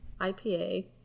IPA